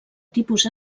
tipus